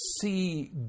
see